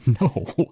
No